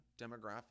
demographic